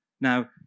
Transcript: Now